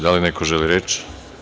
Da li neko želi reč?